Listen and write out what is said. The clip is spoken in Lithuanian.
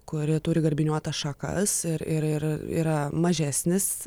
kuri turi garbiniuotas šakas ir ir ir yra mažesnis